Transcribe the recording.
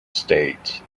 states